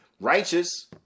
righteous